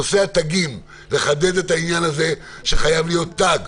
נושא התגים, לחדד את העניין הזה שחייב להיות תג.